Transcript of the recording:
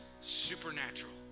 supernatural